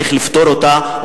צריך לפתור אותה,